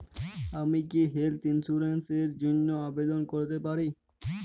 আমি কি health insurance র জন্য আবেদন করতে পারি?